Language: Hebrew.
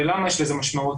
למה יש לזה משמעות?